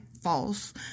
false